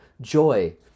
joy